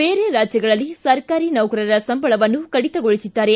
ಬೇರೆ ರಾಜ್ಯಗಳಲ್ಲಿ ಸರ್ಕಾರಿ ನೌಕರರ ಸಂಬಳವನ್ನು ಕಡಿತಗೊಳಿಸಿದ್ದಾರೆ